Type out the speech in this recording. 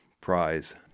prize